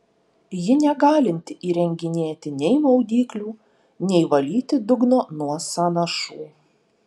ji negalinti įrenginėti nei maudyklių nei valyti dugno nuo sąnašų